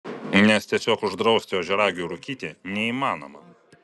nes tiesiog uždrausti ožiaragiui rūkyti neįmanoma